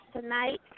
tonight